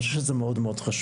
ואני חושב שזה מאוד חשוב.